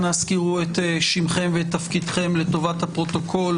אנא הזכירו את שמכם ותפקידכם לטובת הפרוטוקול